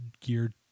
geared